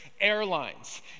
Airlines